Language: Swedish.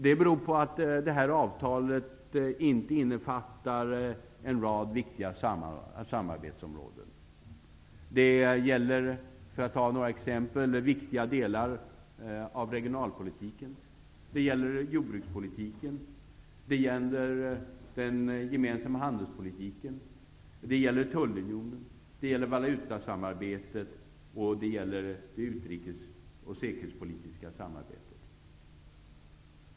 Det beror på att det här avtalet inte innefattar en rad viktiga samarbetsområden. Det gäller, för att ta några exempel, viktiga delar av regionalpolitiken. Det gäller jordbrukspolitiken. Det gäller den gemensamma handelspolitiken. Det gäller tullunionen. Det gäller valutasamarbetet. Det gäller det utrikes och säkerhetspolitiska samarbetet.